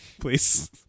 please